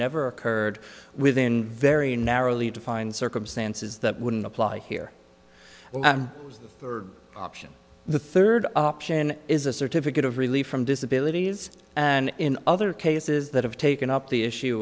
never occurred within very narrowly defined circumstances that wouldn't apply here option the third option is a certificate of relief from disability and in other cases that have taken up the issue